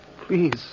Please